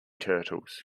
turtles